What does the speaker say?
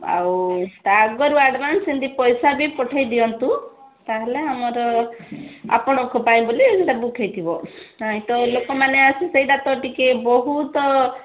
ଆଉ ତା' ଆଗରୁ ଆଡ଼ଭାନ୍ସ ସେମତି ପଇସା ବି ପଠେଇ ଦିଅନ୍ତୁ ତା'ହେଲେ ଆମର ଆପଣଙ୍କ ପାଇଁ ବୋଲି ସେଇଟା ବୁକ୍ ହେଇଥିବ ତ ଲୋକମାନେ ଆସି ସେଇଟା ତ ଟିକିଏ ବହୁତ